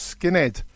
Skinhead